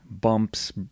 bumps